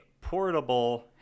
portable